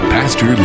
Pastor